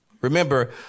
Remember